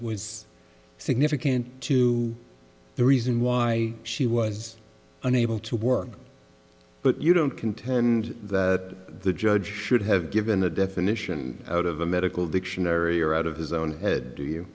it was significant to the reason why she was unable to work but you don't contend that the judge should have given the definition out of a medical dictionary or out of his own head do you